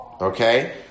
Okay